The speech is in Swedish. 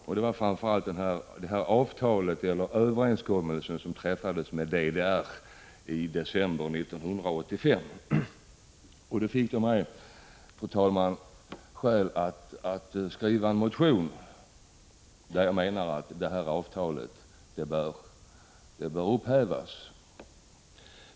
Jag avser då framför allt det avtal eller den överenskommelse som träffades med DDR i december 1985. Detta gav mig skäl, fru talman, att skriva en motion med krav på att avtalet skulle upphävas.